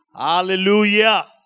hallelujah